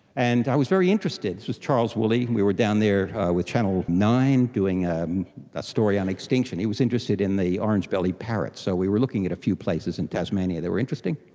and i was very interested. this was charles wooley, we were down there with channel nine doing ah a story on extinction. he was interested in the orange-bellied parrots, so we were looking in a few places in tasmania that were interesting.